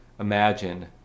Imagine